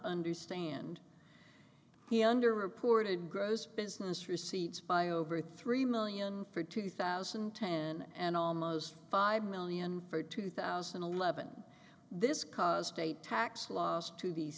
understand he under reported gross business receipts by over three million for two thousand and ten and almost five million for two thousand and eleven this caused a tax loss to the